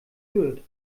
fürth